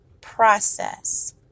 process